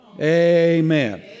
Amen